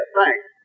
Thanks